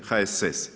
HSS.